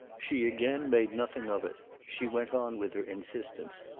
she again made nothing of it she went on with her insistence.